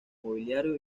mobiliario